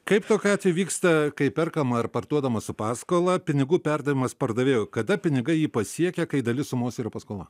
kaip tokiu atveju vyksta kai perkama ir parduodama su paskola pinigų perdavimas pardavėjo kada pinigai jį pasiekia kai dalis sumos yra paskola